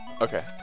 Okay